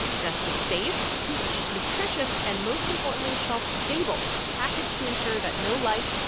it has to be safe to eat, nutritious and, most importantly, shelf-stable, packaged to ensure that no light,